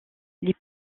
les